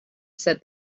said